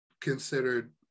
considered